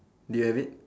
do you have it